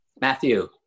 Matthew